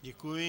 Děkuji.